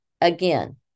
Again